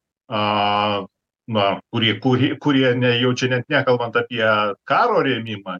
a na kurį kurį kurie ne jau čia net nekalbant apie karo rėmimą